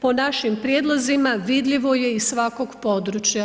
po našim prijedlozima, vidljivo je iz svakog područja.